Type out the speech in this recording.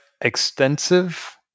extensive